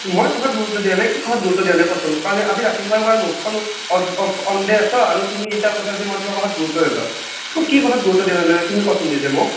মই কথাত গুৰুত্ব দিয়া নাই কি কথাত গুৰুত্ব দিয়া নাই কোৱাচোন কালি আজি ৰাতি পুৱাৰ পৰা মুখখন উফ উফন্দাই আছ আৰু তুমি ইতা কৈছ যে মই তোমাৰ কথাত গুৰুত্ব নেদেও কি কথাত গুৰুত্ব দিয়া নাই তুমি কোৱাচোন নিজে মোক